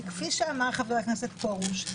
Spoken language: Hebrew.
כי כפי שאמר חבר הכנסת פרוש,